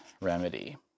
remedy